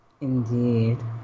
Indeed